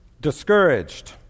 Discouraged